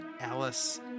Alice